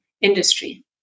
industry